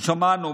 שמענו,